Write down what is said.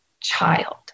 child